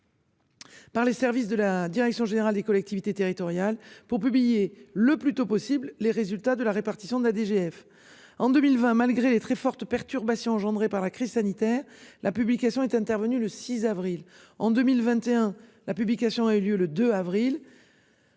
Par les services de la direction générale des collectivités territoriales pour publier le plus tôt possible les résultats de la répartition de la DGF en 2020 malgré les très fortes perturbations engendrées par la crise sanitaire, la publication est intervenu le 6 avril en 2021. La publication a eu lieu le 2 avril.